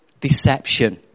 deception